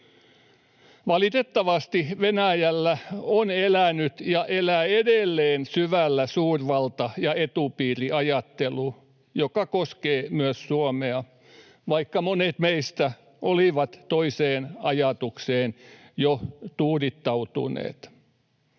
Valitettavasti Venäjällä on elänyt ja elää edelleen syvällä suurvalta‑ ja etupiiriajattelu, joka koskee myös Suomea, vaikka monet meistä olivat toiseen ajatukseen jo tuudittautuneet.